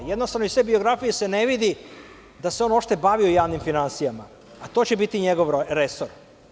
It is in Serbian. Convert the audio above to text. Jednostavno, iz te biografije se ne vidi da se on uopšte bavio javnim finansijama, a to će biti njegov resor.